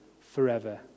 forever